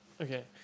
Okay